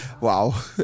wow